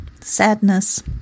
sadness